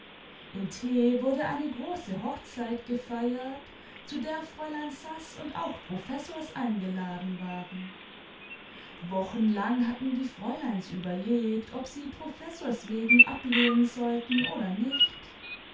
in t wurde eine große hochzeit gefeiert zu der fräulein saß und auch professors eingeladen waren wochenlang hatten die fräuleins überlegt ob sie professors wegen ablehnen sollten oder nicht